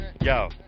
Yo